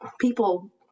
People